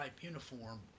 uniform